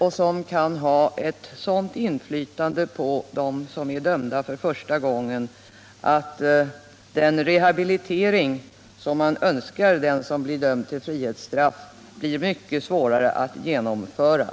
Dessa kan ha ett sådant inflytande på dem som är dömda för första gången att den rehabilitering som man önskar den som blir dömd till frihetsstraff blir mycket svårare att genomföra.